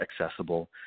accessible